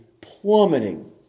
plummeting